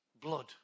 blood